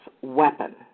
weapon